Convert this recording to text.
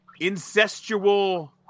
incestual